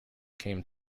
came